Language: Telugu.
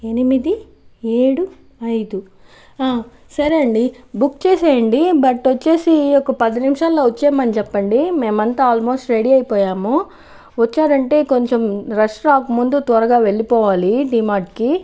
ఎనిమిది ఏడు ఐదు సరే అండీ బుక్ చేసేయండి బట్ వచ్చేసి ఒక పది నిమిషాల్లో వచ్చేయమని చెప్పండి మేమంతా ఆల్మోస్ట్ రెడీ అయిపోయాము వచ్చాడంటే కొంచెం రష్ రాకమందే త్వరగా వెళ్ళిపోవాలి డిమార్ట్కి